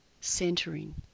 centering